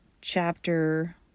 chapter